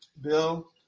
Bill